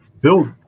build